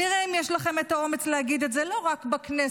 נראה אם יש לכם את האומץ להגיד את זה לא רק בכנסת,